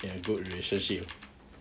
in a good relationship